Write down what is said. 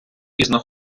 пізно